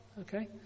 Okay